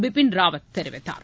பிபின் ராவத் தெரிவித்தார்